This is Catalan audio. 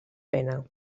pena